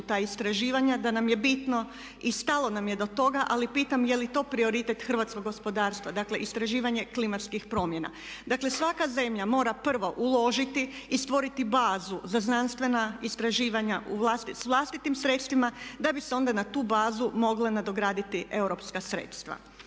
ta istraživanja, da nam je bitno i stalo nam je do toga, ali pitam je li to prioritet hrvatskog gospodarstva, dakle istraživanje klimatskih promjena? Dakle, svaka zemlja mora prvo uložiti i stvoriti bazu za znanstvena istraživanja s vlastitim sredstvima da bi se onda na tu bazu mogla nadograditi europska sredstva.